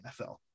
NFL